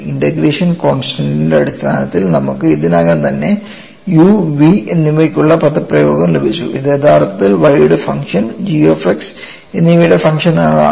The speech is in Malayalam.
ഇന്റഗ്രേഷൻ കോൺസ്റ്റൻസ് ൻറെ അടിസ്ഥാനത്തിൽ നമുക്ക് ഇതിനകം തന്നെ uv എന്നിവയ്ക്കുള്ള പദപ്രയോഗം ലഭിച്ചു ഇത് യഥാർത്ഥത്തിൽ y യുടെ ഫങ്ഷൻ g എന്നിവയുടെ ഫംഗ്ഷനുകളാണ്